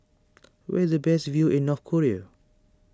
where is the best view in North Korea